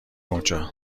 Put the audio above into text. اونجا